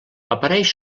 apareix